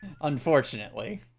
Unfortunately